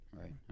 right